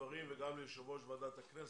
הדברים וגם ליושב-ראש ועדת הכנסת,